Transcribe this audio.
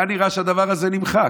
היה נראה שהדבר הזה נמחק.